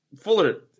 Fuller